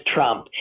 Trump